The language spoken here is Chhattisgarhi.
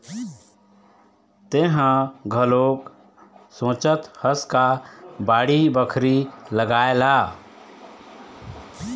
तेंहा घलोक सोचत हस का बाड़ी बखरी लगाए ला?